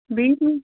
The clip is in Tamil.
வீட்டில்